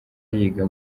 yiga